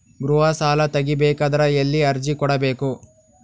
ಗೃಹ ಸಾಲಾ ತಗಿ ಬೇಕಾದರ ಎಲ್ಲಿ ಅರ್ಜಿ ಕೊಡಬೇಕು?